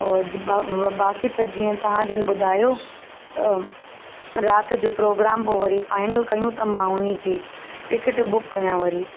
और ब बाक़ी त जीअं तव्हां जन ॿुधायो राति जो प्रोग्राम पोइ वरी फ़ाइनल कयूं त मां हुन जी टिकिट बुक कयां वरी